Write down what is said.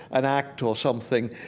an act, or something,